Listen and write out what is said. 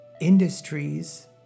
industries